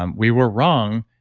um we were wrong,